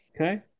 Okay